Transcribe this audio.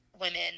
women